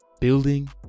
building